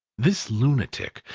this lunatic,